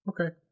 Okay